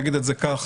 נגיד את זה כך,